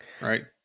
right